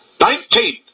Nineteen